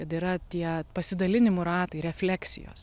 kad yra tie pasidalinimų ratai refleksijos